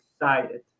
excited